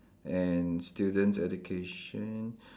and student education